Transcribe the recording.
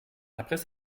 après